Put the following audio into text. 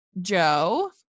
Joe